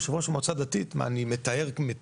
יושב ראש המועצה הדתית, אני מטהר מתים?